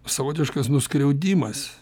savotiškas nuskriaudimas